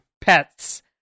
Pets